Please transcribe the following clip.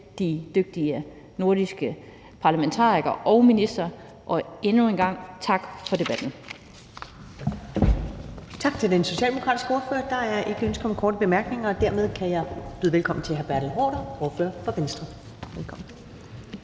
de dygtige nordiske parlamentarikere og ministre. Og endnu en gang tak for debatten.